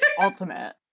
Ultimate